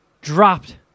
dropped